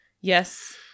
yes